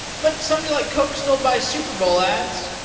but somebody like coke still buys super bowl ads.